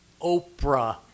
Oprah